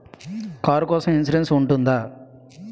Car కోసం insurance ఉంటుందా?